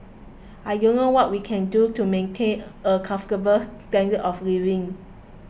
I don't know what we can do to maintain a comfortable standard of living